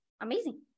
Amazing